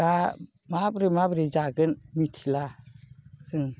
दा माब्रै माब्रै जागोन मिथिला जों